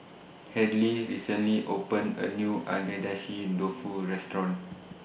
Hadley recently opened A New Agedashi Dofu Restaurant